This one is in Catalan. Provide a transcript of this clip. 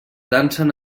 dansen